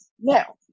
now